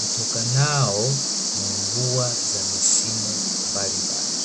utokanao na mvua za misimu mbalimbali.